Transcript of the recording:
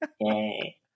Yay